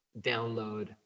download